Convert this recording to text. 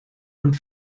und